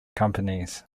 companies